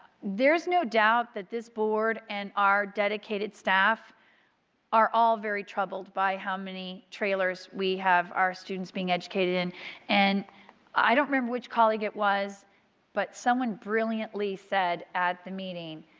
there's no doubt that this board and our dedicated staff are all very troubled by how many trailers we have our students being educated in and i don't remember which colleague it was but someone brilliantly said at the meeting,